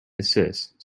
desist